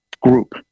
group